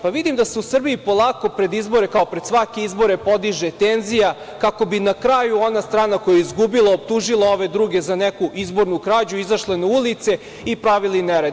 Pa, vidim da se u Srbiji polako pred izbore, kao i pred svake izbore, podiže tenzija kako bi na kraju ona strana koja je izgubila optužila ove druge za neku izbornu krađu i izašle na ulice i pravili nered.